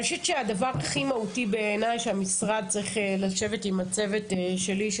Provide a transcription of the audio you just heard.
אני חושבת שהדבר הכי מהותי בעיניי שהמשרד צריך לשבת עם הצוות שלי,